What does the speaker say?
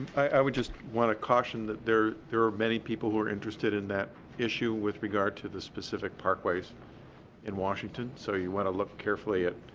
i would just want to caution that there there are many people who are interested in that issue with regard to the specific parkways in washington, so you want to look carefully at